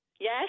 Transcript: Yes